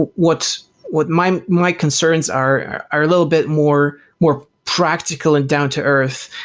what's what's my my concerns are, are a little bit more more practical and down-to-earth.